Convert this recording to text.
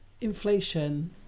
inflation